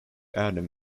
adam